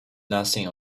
nothing